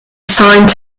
assigned